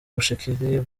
bushekeri